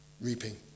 reaping